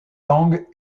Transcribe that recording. langues